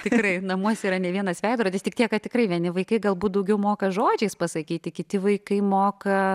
tikrai namuose yra ne vienas veidrodis tik tiek kad tikrai vieni vaikai galbūt daugiau moka žodžiais pasakyti kiti vaikai moka